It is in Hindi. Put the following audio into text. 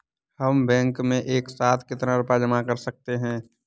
हम बैंक में एक साथ कितना रुपया जमा कर सकते हैं?